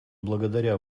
благодаря